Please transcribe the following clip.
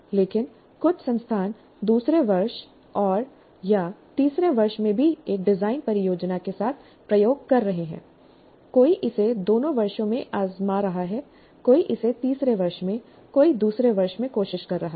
लेकिन कुछ संस्थान दूसरे वर्ष औरया तीसरे वर्ष में भी एक डिजाइन परियोजना के साथ प्रयोग कर रहे हैं कोई इसे दोनों वर्षों में आजमा रहा है कोई इसे तीसरे वर्ष में कोई दूसरे वर्ष में कोशिश कर रहा है